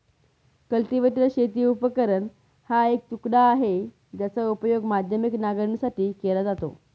cultivator शेती उपकरण हा एक तुकडा आहे, ज्याचा उपयोग माध्यमिक नांगरणीसाठी केला जातो